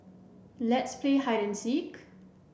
let's play hide and seek